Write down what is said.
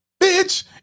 bitch